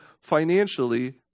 financially